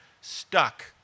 stuck